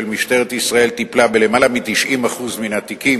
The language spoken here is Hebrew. משטרת ישראל טיפלה ביותר מ-90% מן התיקים